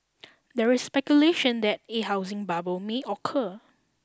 there is speculation that A housing bubble may occur